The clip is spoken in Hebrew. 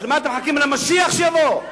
אתם מחכים למשיח שיבוא?